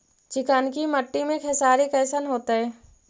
चिकनकी मट्टी मे खेसारी कैसन होतै?